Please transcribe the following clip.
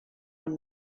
amb